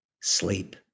Sleep